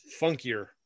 funkier